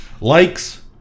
likes